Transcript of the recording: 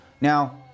Now